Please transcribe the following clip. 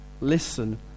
Listen